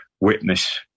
witness